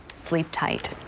sleep tight.